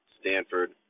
Stanford